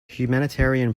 humanitarian